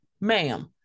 ma'am